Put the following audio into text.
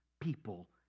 people